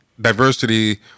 diversity